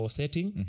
setting